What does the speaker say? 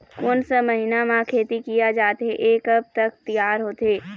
कोन सा महीना मा खेती किया जाथे ये कब तक तियार होथे?